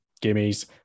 gimme's